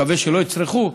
מקווה שהם לא יצרכו,